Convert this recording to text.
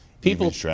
People